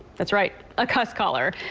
that's right a cuss collar,